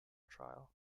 trial